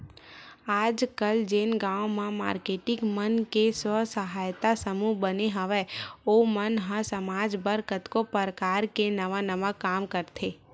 आजकल जेन गांव म मारकेटिंग मन के स्व सहायता समूह बने हवय ओ मन ह समाज बर कतको परकार ले नवा नवा काम करथे